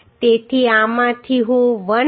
તેથી આમાંથી હું 1